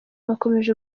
bakomeje